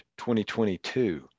2022